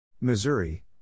Missouri